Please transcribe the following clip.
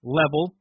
level